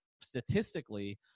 statistically